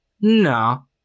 No